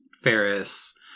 Ferris